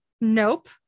nope